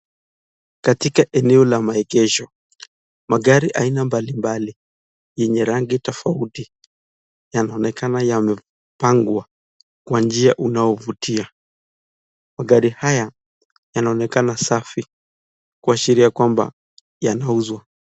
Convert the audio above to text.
Katika eneo la maegesho, magari aina mbalimbali yenye rangi tofauti yanaonekana yamepangwa kwa njia unaovutia, magari haya yanaonekana safi kuashiria kwamba yanauzwa.